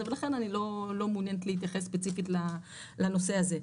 ולכן אני לא מעוניינת להתייחס ספציפית לנושא הזה.